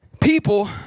people